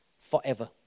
forever